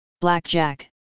Blackjack